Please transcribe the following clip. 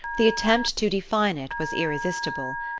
the attempt to define it was irresistible.